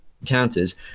encounters